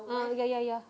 ah ya ya ya